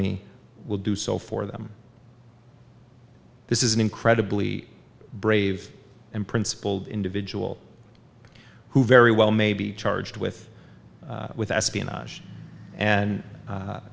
me will do so for them this is an incredibly brave and principled individual who very well may be charged with with espionage and